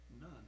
None